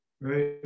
right